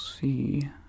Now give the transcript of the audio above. see